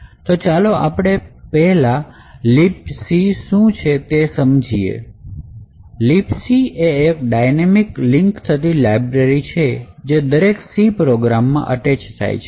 તો ચાલો આપણે libc શું છે એ સમજીને શરૂઆત કરીએ libc એ એક ડાયનેમિક લિંક થતી લાયબ્રેરી છે કે જે દરેક c પ્રોગ્રામમાં એટેચ થાય છે